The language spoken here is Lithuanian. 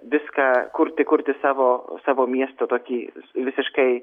viską kurti kurti savo savo miesto tokį visiškai